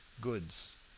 goods